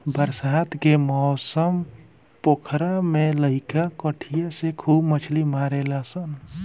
बरसात के मौसम पोखरा में लईका कटिया से खूब मछली मारेलसन